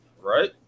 right